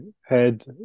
head